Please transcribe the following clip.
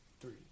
Three